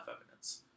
evidence